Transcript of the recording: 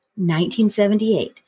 1978